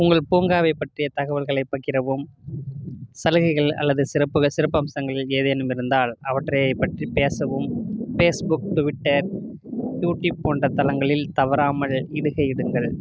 உங்கள் பூங்காவைப் பற்றிய தகவல்களைப் பகிரவும் சலுகைகள் அல்லது சிறப்புகள் சிறப்பு அம்சங்கள் ஏதேனும் இருந்தால் அவற்றைப் பற்றிப் பேசவும் ஃபேஸ்புக் ட்விட்டர் யூடியூப் போன்ற தளங்களில் தவறாமல் இடுகை இடுங்கள்